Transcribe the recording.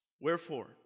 Wherefore